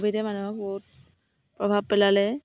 ক'ভিডে মানুহক বহুত প্ৰভাৱ পেলালে